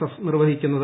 F നിർവഹിക്കുന്നത്